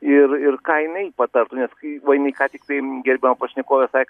ir ir ką jinai patartų nes va jinai ką tiktai gerbiama pašnekovė sakė